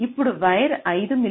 ఇప్పుడు వైర్ 5 మి